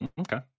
Okay